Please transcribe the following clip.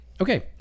okay